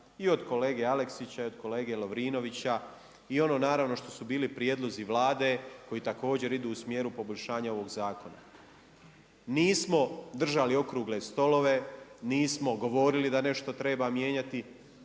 i od kolege Aleksića i od kolege Lovrinovića i ono naravno što su bili prijedlozi Vlade koji također idu u smjeru poboljšanja ovoga zakona. Nismo držali okrugle stolove, nismo govorili da nešto treba mijenjati